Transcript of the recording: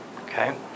Okay